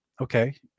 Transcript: Okay